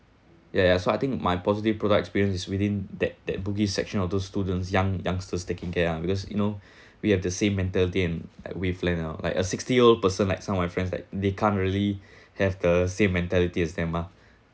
ya ya so I think my positive products experience is within that that bugis section of those students young youngsters taking care ah because you know we have the same mentality and like wavelength and all like a sixty old person like some of my friends like they can't really have the same mentalities as them mah